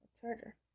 charger